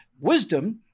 Wisdom